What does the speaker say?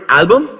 album